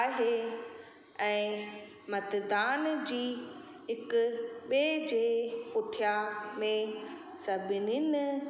आहे ऐं मतदान जी हिक ॿिए जे पुठियां में सभिनीनि